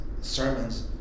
sermons